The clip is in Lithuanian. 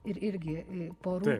ir irgi porų